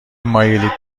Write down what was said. مایلید